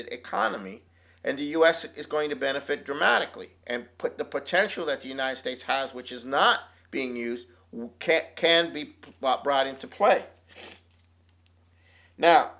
d economy and the u s is going to benefit dramatically and put the potential that the united states has which is not being used can be picked up brought into play now